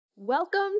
Welcome